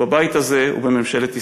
בבית הזה ובממשלת ישראל.